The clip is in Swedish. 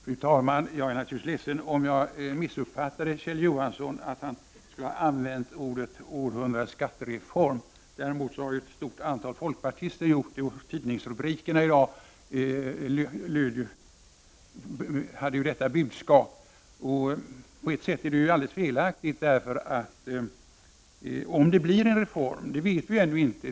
Fru talman! Jag är naturligtvis ledsen om jag missuppfattade att Kjell Johansson använde orden ”århundradets skattereform”. Däremot har ett stort antal folkpartister gjort det, och tidningsrubrikerna i dag hade detta budskap. På ett sätt är det helt felaktigt, därför att vi vet ännu inte om det blir en reform.